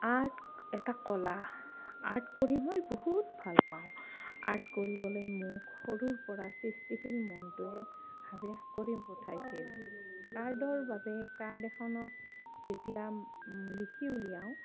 art এটা কলা art কৰি মই বহুত ভাল পাওঁ আৰ্ট কৰিবলে মোক সৰুৰ পৰা সৃষ্টিশীল মনটোৱে হাবিয়াস কৰি পঠাইছিল কাৰ্ডৰ বাবে কাৰ্ড এখনত যেতিয়া লিখি উলিয়াওঁ